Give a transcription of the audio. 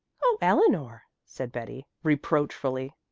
oh, eleanor! said betty reproachfully.